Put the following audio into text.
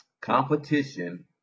competition